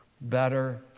better